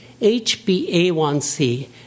HbA1c